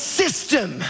system